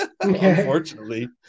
unfortunately